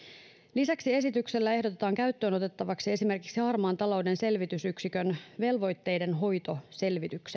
lisäksi esityksellä ehdotetaan käyttöönotettavaksi esimerkiksi harmaan talouden selvitysyksikön velvoitteidenhoitoselvitys